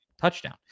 touchdown